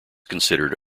considered